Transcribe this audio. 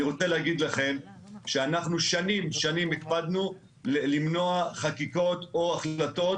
ואני רוצה להגיד לכם שאנחנו שנים הקפדנו למנוע חקיקות או החלטות